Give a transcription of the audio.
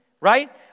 right